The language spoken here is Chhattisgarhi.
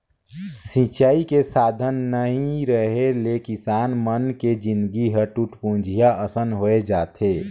सिंचई के साधन नइ रेहे ले किसान मन के जिनगी ह टूटपुंजिहा असन होए जाथे